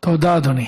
תודה, אדוני.